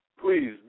please